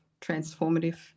transformative